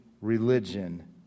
religion